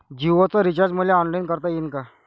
जीओच रिचार्ज मले ऑनलाईन करता येईन का?